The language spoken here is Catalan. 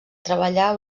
treballar